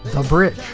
the bridge.